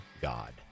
God